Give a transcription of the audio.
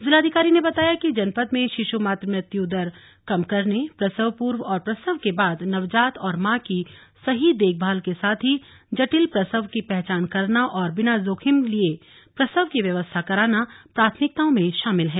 जिलाधिकारी ने बताया कि जनपद में शिशु मातृ मृत्यु दर कम करने प्रसव पूर्व और प्रसव के बाद नवजात और मां की सही देखभाल के साथ ही जटिल प्रसव की पहचान करना और बिना जोखिम लिए प्रसव की व्यवस्था कराना प्राथमिकताओं में शामिल है